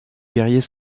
guerrier